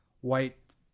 white